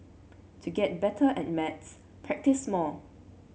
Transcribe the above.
to get better at maths practise more